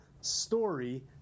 story